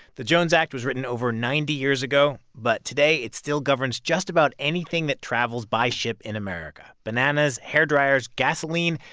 the jones act was written over ninety years ago, but today it still governs just about anything that travels by ship in america bananas, hairdryers, gasoline,